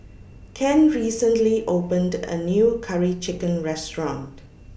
Ken recently opened A New Curry Chicken Restaurant